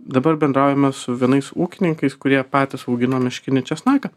dabar bendraujame su vienais ūkininkais kurie patys augina meškinį česnaką